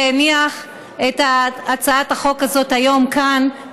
שהניח את הצעת החוק הזאת היום כאן,